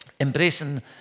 Embracing